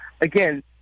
again